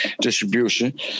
Distribution